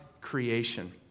creation